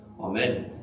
amen